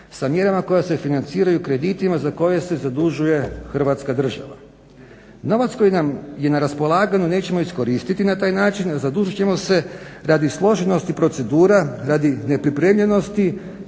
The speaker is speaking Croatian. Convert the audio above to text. sa mjerama koje se financiraju kreditima za koje se zadužuje Hrvatska država. Novac koji nam je na raspolaganju nećemo iskoristiti na taj način, zadužit ćemo se radi složenosti procedura, radi nepripremljenosti